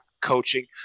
coaching